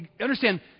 understand